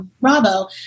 bravo